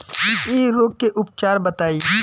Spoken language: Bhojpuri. इ रोग के उपचार बताई?